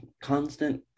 constant